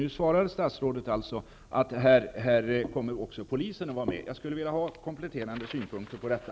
Nu svarade statsrådet att också polisen kommer att vara med i detta sammanhang. Jag skulle vilja få kompletterande synpunter på detta.